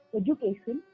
education